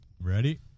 Ready